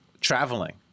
traveling